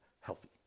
healthy